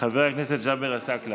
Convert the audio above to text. חבר הכנסת ג'אבר עסאקלה,